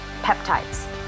peptides